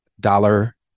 dollar